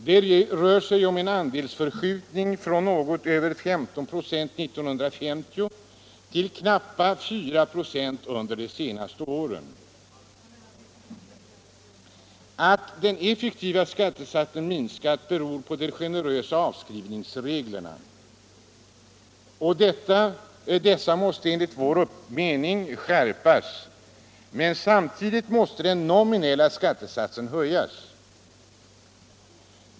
Det rör sig om en andelsförskjutning från något över 15 96 år 1950 till knappt 4 96 under de senaste åren. Att den effektiva skattesatsen har minskat beror på de generösa avskrivningsreglerna. Dessa regler måste enligt vår mening skärpas. Men samtidigt måste den nominella skattesatsen höjas.